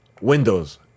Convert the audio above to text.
windows